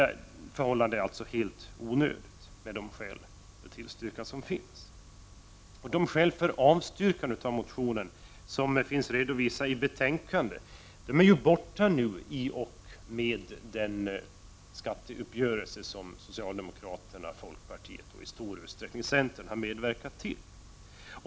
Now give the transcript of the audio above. Bilersättningen för medresenärer är alltså onödigt låg. Skälen för avstyrkan av motionen i betänkandet är nu borta i och med den skatteuppgörelse som socialdemokraterna, folkpartiet och i stor utsträckning centern har medverkat till.